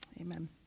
Amen